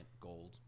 gold